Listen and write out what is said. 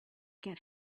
get